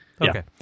Okay